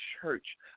church